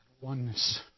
oneness